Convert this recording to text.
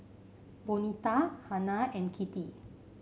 Bonita Hanna and Kittie